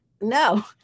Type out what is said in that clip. no